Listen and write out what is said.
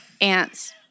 ants